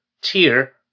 tier